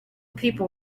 people